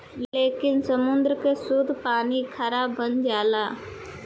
लेकिन समुंद्र के सुद्ध पानी खारा बन जाला